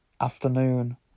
afternoon